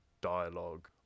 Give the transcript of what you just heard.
dialogue